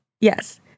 Yes